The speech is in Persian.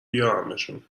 بیارمشون